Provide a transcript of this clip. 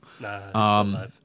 No